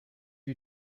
you